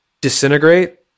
disintegrate